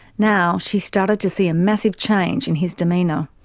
now she started to see a massive change in his demeanour.